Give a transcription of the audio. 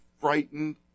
frightened